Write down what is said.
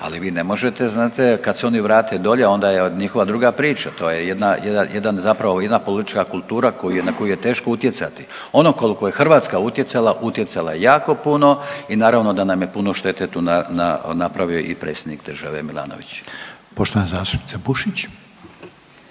Ali vi ne možete, znate kad se oni vrate dolje onda je njihova druga priča. To je jedna zapravo politička kultura na koju je teško utjecati. Ono koliko je Hrvatska utjecala, utjecala je jako puno i naravno da nam je puno štete tu napravio i predsjednik države Milanović. **Reiner, Željko